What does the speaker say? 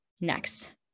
Next